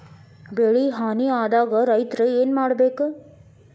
ಬೆಳಿ ಹಾನಿ ಆದಾಗ ರೈತ್ರ ಏನ್ ಮಾಡ್ಬೇಕ್?